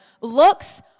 looks